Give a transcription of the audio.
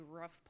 rough